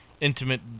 ...intimate